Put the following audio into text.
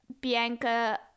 Bianca